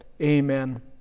amen